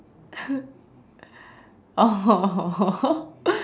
oh